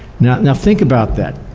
now now think about that.